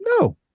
No